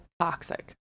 toxic